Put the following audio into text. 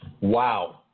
Wow